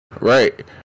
Right